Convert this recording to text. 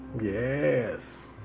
Yes